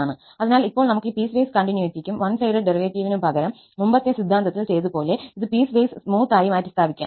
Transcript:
അതിനാൽ ഇപ്പോൾ നമുക്ക് ഈ പീസ്വൈസ് കണ്ടിന്യൂറ്റിക്കും വൺ സൈഡഡ് ഡെറിവേറ്റീവിനുപകരം മുമ്പത്തെ സിദ്ധാന്തത്തിൽ ചെയ്തതുപോലെ ഇത് പീസ്വൈസ് സ്മൂത്ത് ആയി മാറ്റിസ്ഥാപിക്കാം